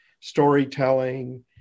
storytelling